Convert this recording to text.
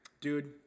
dude